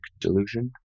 delusion